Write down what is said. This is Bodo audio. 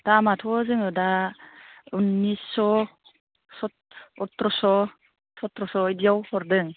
दामाथ' जोङो दा उननिस्स' अथ्र'स' सथ्र'स बिदियाव हरदों